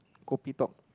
kopi talk